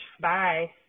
Bye